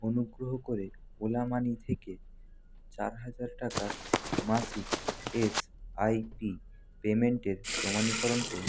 অনুগ্রহ করে Ola Money থেকে চার হাজার টাকার মাসিক এসআইপি পেমেন্টের প্রমাণীকরণ করুন